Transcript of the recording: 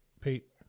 Pete